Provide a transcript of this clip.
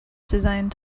designed